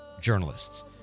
journalists